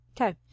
Okay